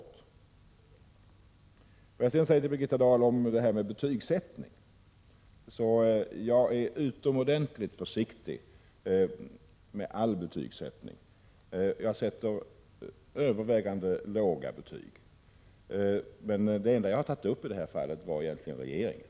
Låt mig sedan säga några ord till Birgitta Dahl om det här med betygsättning. Jag är utomordentligt försiktig med all betygsättning. Jag sätter övervägande låga betyg. Men det enda jag i det här fallet har tagit upp är egentligen regeringen.